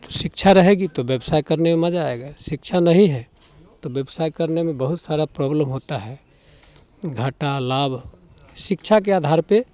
तो शिक्षा रहेगी तो व्यवसाय करने में मज़ा आएगा शिक्षा नहीं है तो व्यवसाय करने में बहुत सारा प्रोब्लम होता है घाटा लाभ शिक्षा के आधार पे